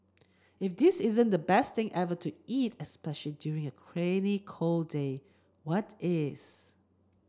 if this isn't the best thing ever to eat especially during a rainy cold day what is